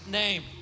name